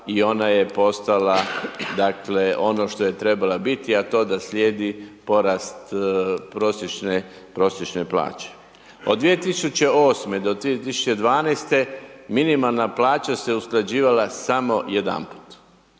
i ona je postala dakle ono što je trebala biti, a to da slijedi porast prosječne, prosječne plaće. Od 2008. do 2012. minimalna plaća se usklađivala samo jedanput